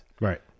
right